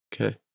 Okay